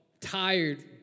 tired